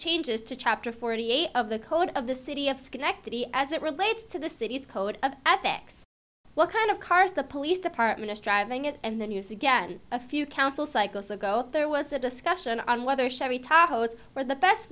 changes to chapter forty eight of the code of the city of schenectady as it relates to the city's code of ethics what kind of cars the police department is driving it and the news again a few council cycles ago there was a discussion on whether chevy tahoe is where the best